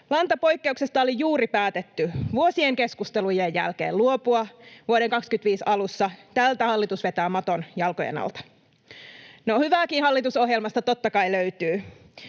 Lantapoikkeuksesta oli juuri päätetty vuosien keskustelujen jälkeen luopua vuoden 2025 alussa. Tältä hallitus vetää maton jalkojen alta. No, hyvääkin hallitusohjelmasta, totta kai, löytyy.